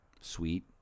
Sweet